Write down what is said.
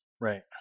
Right